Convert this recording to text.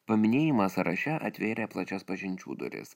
paminėjimas sąraše atvėrė plačias pažinčių duris